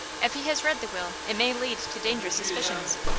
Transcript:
if he has read the will, it may lead to dangerous suspicions.